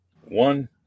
one